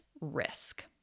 risk